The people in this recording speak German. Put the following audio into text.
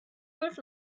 fünf